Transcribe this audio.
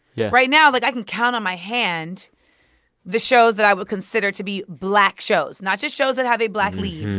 yeah right now, like, i can count on my hand the shows that i would consider to be black shows not just shows that have a black lead,